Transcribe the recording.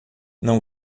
não